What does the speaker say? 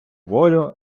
волю